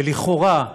שלכאורה,